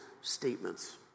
statements